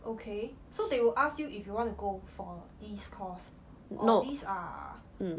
okay so they will ask you if you want to go for these course or these are